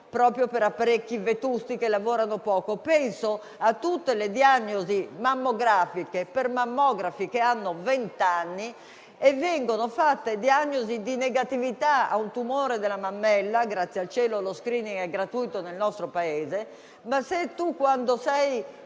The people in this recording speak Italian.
proprio per apparecchi vetusti che lavorano poco; penso a tutte le diagnosi mammografiche con mammografi che hanno vent'anni e che possono anche fare diagnosi di negatività per il tumore della mammella. Grazie al cielo, lo *screening* è gratuito nel nostro Paese; ma se, quando si